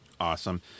Awesome